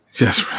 Yes